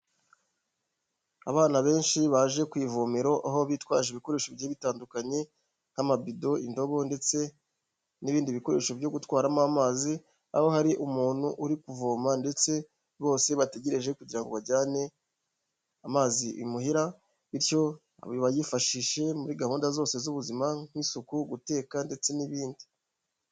Abana benshi baje ku ivomero aho bitwaje ibikoresho bigiye bitandukanye nk'amabido, indobo ndetse n'ibindi bikoresho byo gutwaramo amazi, aho hari umuntu uri kuvoma ndetse bose bategereje kugira ngo bajyane amazi imuhira bityo bayifashishe muri gahunda zose z'ubuzima nk'isuku, guteka ndetse n'ibindi.